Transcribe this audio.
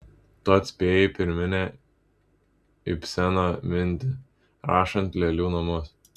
tu atspėjai pirminę ibseno mintį rašant lėlių namus